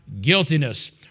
guiltiness